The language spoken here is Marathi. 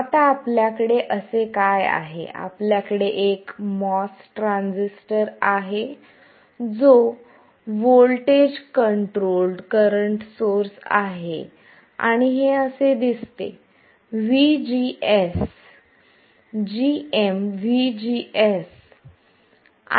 आता आपल्याकडे असे काय आहे आपल्याकडे एक MOS ट्रान्झिस्टर आहे जो व्होल्टेज कंट्रोल्ड करंट सोर्स आहे आणि हे असे दिसते VGS gm VGS